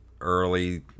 early